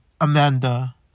Amanda